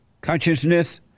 consciousness